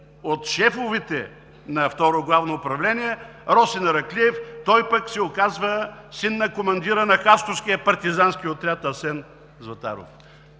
от шефовете на Второ главно управление Росен Араклиев. Той пък се оказва син на командира на хасковския партизански отряд „Асен Златаров“.